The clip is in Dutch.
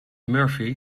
murphy